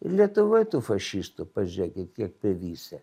ir lietuvoj tų fašistų pažiūrėkit kiek privisę